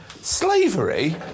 slavery